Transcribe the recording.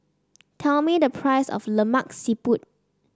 tell me the price of Lemak Siput